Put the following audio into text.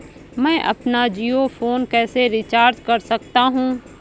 मैं अपना जियो फोन कैसे रिचार्ज कर सकता हूँ?